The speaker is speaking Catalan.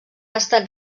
estat